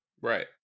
Right